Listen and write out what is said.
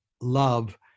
love